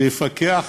שיפקח